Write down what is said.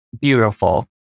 beautiful